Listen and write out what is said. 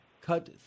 Cut